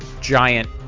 giant